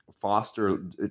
foster